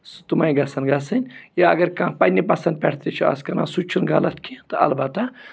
سُہ تٕمَے گژھن گَژھٕںۍ یا اگر کانٛہہ پنٛنہِ پَسنٛد پٮ۪ٹھ تہِ چھِ اَز کَران سُہ تہِ چھُنہٕ غلط کینٛہہ تہٕ البتہ